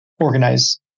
Organize